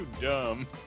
dumb